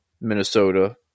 Minnesota